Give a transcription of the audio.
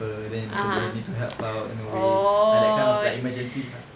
err then macam they need to help out in a way like that kind of like emergency lah